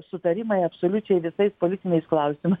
sutarimai absoliučiai visais politiniais klausimais